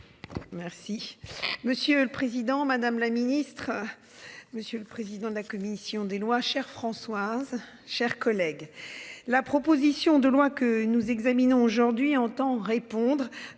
Merci. Monsieur le président, madame la ministre. Monsieur le président de la commission des lois, chère Françoise, chers collègues. La proposition de loi que nous examinons aujourd'hui entend répondre